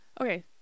Okay